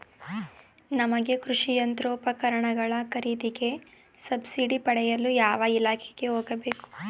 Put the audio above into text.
ನಮಗೆ ಕೃಷಿ ಯಂತ್ರೋಪಕರಣಗಳ ಖರೀದಿಗೆ ಸಬ್ಸಿಡಿ ಪಡೆಯಲು ಯಾವ ಇಲಾಖೆಗೆ ಹೋಗಬೇಕು?